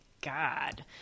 God